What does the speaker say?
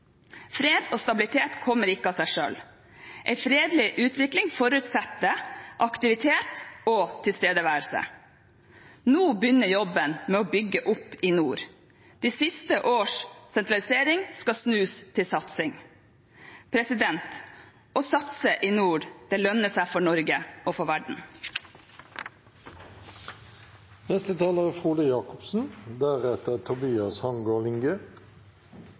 Fred og stabilitet kommer ikke av seg selv. En fredelig utvikling forutsetter aktivitet og tilstedeværelse. Nå begynner jobben med å bygge opp i nord. De siste årenes sentralisering skal snus til satsing. Å satse i nord lønner seg for Norge og for verden. Det er